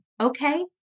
Okay